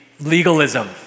legalism